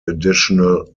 additional